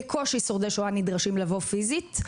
כיום שורדי שואה בקושי נדרשים לבוא פיזית,